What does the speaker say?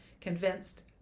convinced